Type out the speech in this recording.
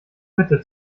mitte